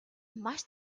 маш